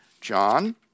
John